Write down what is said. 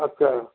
আচ্ছা